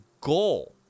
goal